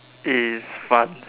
is fun